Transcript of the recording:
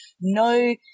no